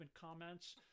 comments